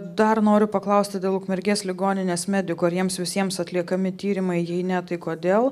dar noriu paklausti dėl ukmergės ligoninės medikų ar jiems visiems atliekami tyrimai jei ne tai kodėl